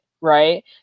right